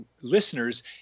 listeners